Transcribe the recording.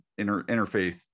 interfaith